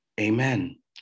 Amen